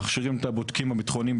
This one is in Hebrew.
הם מכשירים את הבודקים הביטחוניים,